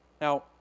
Now